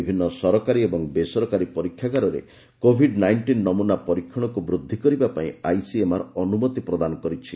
ବିଭିନ୍ନ ସରକାରୀ ଏବଂ ବେସରକାରୀ ପରୀକ୍ଷାଗାରରେ କୋଭିଡ୍ ନାଇଷ୍ଟିନ୍ ନମୁନା ପରୀକ୍ଷଣକୁ ବୃଦ୍ଧି କରିବା ପାଇଁ ଆଇସିଏମ୍ଆର୍ ଅନୁମତି ପ୍ରଦାନ କରିଛି